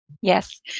Yes